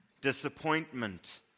disappointment